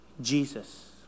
Jesus